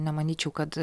nemanyčiau kad